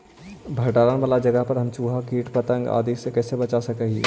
भंडार वाला जगह के हम चुहा, किट पतंग, आदि से कैसे बचा सक हिय?